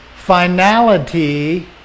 Finality